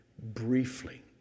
Briefly